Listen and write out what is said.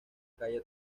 calle